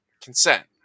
consent